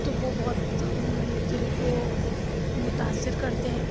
تو وہ بہت دل کو متاثر کرتے ہیں